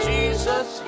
Jesus